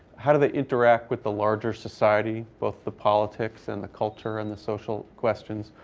how do they interact with the larger society, both the politics and the culture and the social questions?